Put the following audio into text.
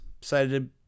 Decided